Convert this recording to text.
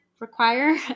require